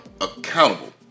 accountable